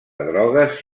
drogues